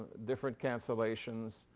different cancellations,